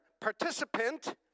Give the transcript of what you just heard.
participant